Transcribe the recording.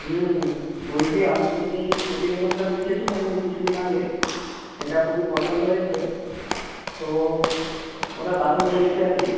হুম বলছি আপনি যে এই প্রতিবেদনটা লিখেছিলেন এই কিছু দিন আগে সেটা খুবই পছন্দ হয়েছে তো ওটা দারুণ লেগেছে আর কি